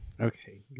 okay